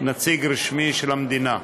נציג רשמי של המדינה,